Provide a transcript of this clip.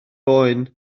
oen